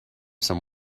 some